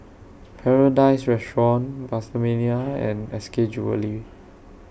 Paradise Restaurant PastaMania and S K Jewellery